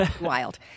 wild